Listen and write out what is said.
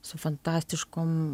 su fantastiškom